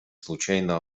случайно